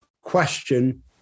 question